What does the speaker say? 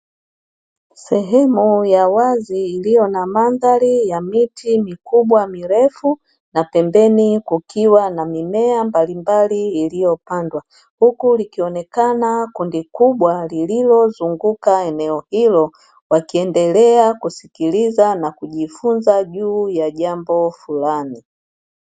Sehemu ya wazi iliyona mandhari ya miti mikubwa mirefu na pembeni kukiwa na mimea mbalimbali iliyopandwa huku likionekana kundi kubwa lililozunguka eneo hilo wakiendelea kusikiliza na kujifunza juu ya jambo fulani.